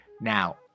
now